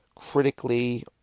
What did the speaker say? critically